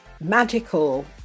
magical